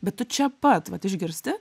bet tu čia pat vat išgirsti